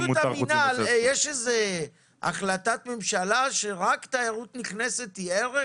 האם יש החלטת ממשלה שתיירות נכנסת זה ערך